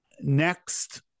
next